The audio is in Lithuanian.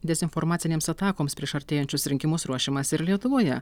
dezinformacinėms atakoms prieš artėjančius rinkimus ruošiamasi ir lietuvoje